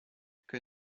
que